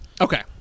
Okay